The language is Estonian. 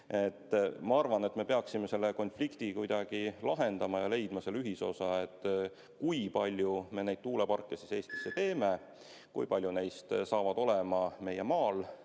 Ma arvan, et me peaksime selle konflikti kuidagi lahendama ja leidma ühisosa, kui palju me tuuleparke siis Eestisse teeme ja kui paljud neist saavad olema maismaa